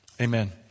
Amen